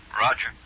Roger